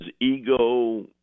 ego